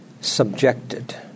subjected